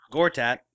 Gortat